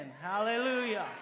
Hallelujah